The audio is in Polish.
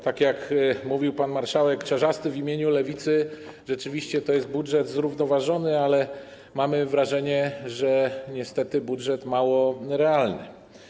Tak jak mówił pan marszałek Czarzasty w imieniu Lewicy, rzeczywiście to jest budżet zrównoważony, ale mamy wrażenie, że niestety budżet mało realny.